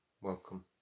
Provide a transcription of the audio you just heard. Welcome